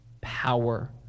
power